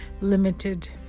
limited